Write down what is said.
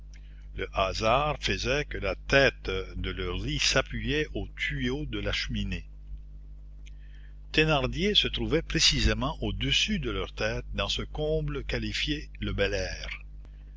le hasard faisait que la tête de leurs lits s'appuyait au tuyau de la cheminée thénardier se trouvait précisément au-dessus de leur tête dans ce comble qualifié le bel air